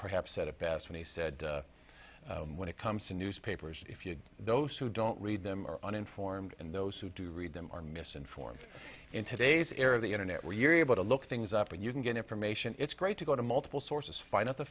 perhaps said it best when he said when it comes to newspapers if you those who don't read them are uninformed and those who do read them are misinformed in today's era of the internet where you're able to look things up and you can get information it's great to go to multiple sources find out the